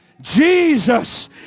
Jesus